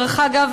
דרך אגב,